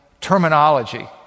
terminology